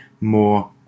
more